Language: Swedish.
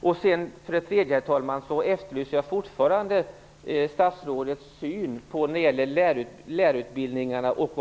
Jag efterlyser fortfarande, herr talman, statsrådets syn på lärarutbildningarna.